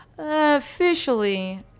officially